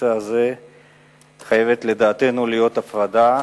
בנושא הזה חייבת להיות, לדעתנו, הפרדה,